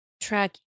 track